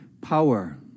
power